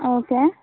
okay